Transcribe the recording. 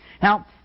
Now